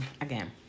again